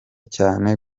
cyane